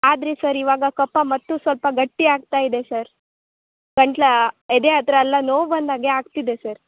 ಆದರೆ ಸರ್ ಇವಾಗ ಕಫ ಮತ್ತು ಸ್ವಲ್ಪ ಗಟ್ಟಿ ಆಗ್ತ ಇದೆ ಸರ್ ಗಂಟ್ಲು ಎದೆ ಹತ್ರಯೆಲ್ಲ ನೋವು ಬಂದಾಗೆ ಆಗ್ತಿದೆ ಸರ್